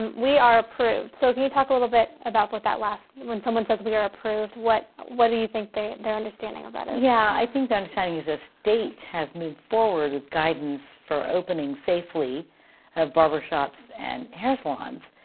and we are approved. so can you talk a little bit about that last, when someone says, we are approved, what what do you think their understanding of that is? yeah, i think the understanding is the state has moved forward with guidance for opening safely of barbershops and hair salons.